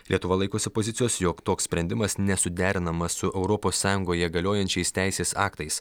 lietuva laikosi pozicijos jog toks sprendimas nesuderinamas su europos sąjungoje galiojančiais teisės aktais